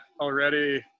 already